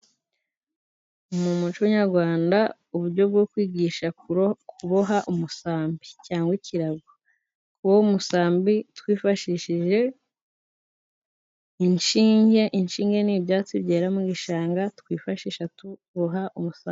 Mu muco nyarwanda uburyo bwo kwigisha kuboha umusambi cyangwa ikirago. Kuboha umusambi twifashishije inshinge, inshinge ni ibyatsi byera mu gishanga twifashisha tuboha umusambi.